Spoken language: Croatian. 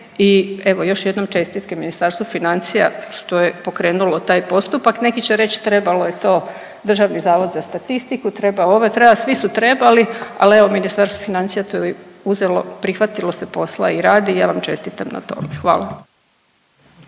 i evo još jednom čestitke Ministarstvu financija što je pokrenulo taj postupak. Neki će reć trebalo je to Državni zavod za statistiku, treba ovo, treba, svi su trebali ali evo Ministarstvo financija to je uzelo, prihvatilo se posla i radi i ja vam čestitam na tome. Hvala.